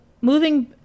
moving